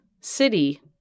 city